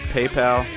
PayPal